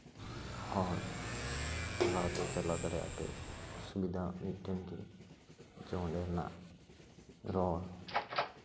ᱦᱚᱲ ᱪᱟᱞᱟᱣ ᱫᱚᱭ ᱪᱟᱞᱟᱣ ᱫᱟᱲᱮᱭᱟᱜᱼᱟ ᱯᱮ ᱚᱥᱩᱵᱤᱫᱷᱟ ᱢᱤᱫᱴᱮᱱ ᱜᱮ ᱚᱸᱰᱮᱱᱟᱜ ᱨᱚᱲ